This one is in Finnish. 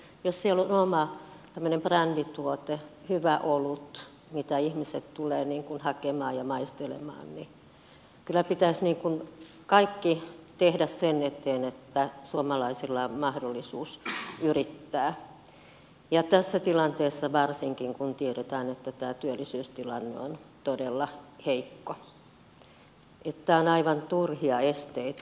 jos siellä on tällainen oma brändituote hyvä olut mitä ihmiset tulevat hakemaan ja maistelemaan niin kyllä pitäisi kaikki tehdä sen eteen että suomalaisilla on mahdollisuus yrittää ja tässä tilanteessa varsinkin kun tiedetään että työllisyystilanne on todella heikko nämä ovat aivan turhia esteitä